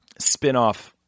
spinoff